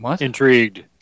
intrigued